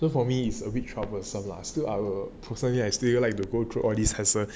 so for me it's a bit troublesome lah still I will personally I will still like to go through all these hassle